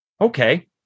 Okay